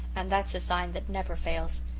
and that's a sign that never fails.